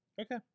Okay